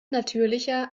natürlicher